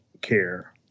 care